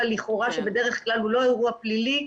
לכאורה שבדרך כלל הוא לא אירוע פלילי,